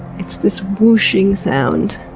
it's this whooshing sound.